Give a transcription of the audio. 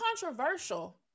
controversial